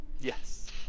Yes